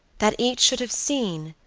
that each should have seen,